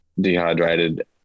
dehydrated